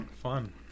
fun